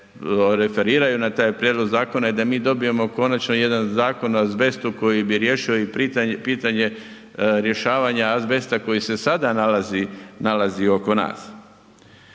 referiraju na taj prijedlog zakona i da mi dobijemo konačno jedan Zakon o azbestu koji bi riješio i pitanje rješavanje azbesta koji se sada nalazi oko nas.